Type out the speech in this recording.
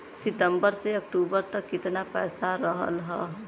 सितंबर से अक्टूबर तक कितना पैसा रहल ह?